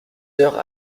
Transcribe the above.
heures